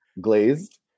glazed